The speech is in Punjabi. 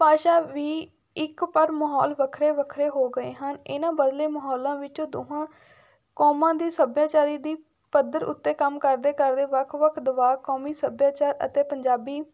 ਭਾਸ਼ਾ ਵੀ ਇੱਕ ਪਰ ਮਾਹੌਲ ਵੱਖਰੇ ਵੱਖਰੇ ਹੋ ਗਏ ਹਨ ਇਹਨਾਂ ਬਦਲੇ ਮਾਹੌਲਾਂ ਵਿੱਚੋਂ ਦੋਹਾਂ ਕੌਮਾਂ ਦੇ ਸੱਭਿਆਚਾਰ ਦੀ ਪੱਧਰ ਉੱਤੇ ਕੰਮ ਕਰਦੇ ਕਰਦੇ ਵੱਖ ਵੱਖ ਦਬਾਅ ਕੌਮੀ ਸੱਭਿਆਚਾਰ ਅਤੇ ਪੰਜਾਬੀ